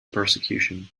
persecution